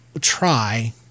try